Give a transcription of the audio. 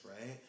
right